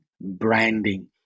branding